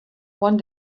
one